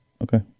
Okay